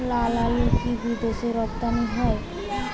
লালআলু কি বিদেশে রপ্তানি হয়?